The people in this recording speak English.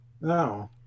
No